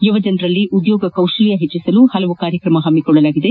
ಯುವಜನರಲ್ಲಿ ಉದ್ಯೋಗ ಕೌಶಲ್ಯ ಹೆಚ್ಚಿಸಲು ಹಲವು ಕಾರ್ಯಕ್ರಮ ಹಮ್ಮಿಕೊಳ್ಳಲಾಗಿದೆ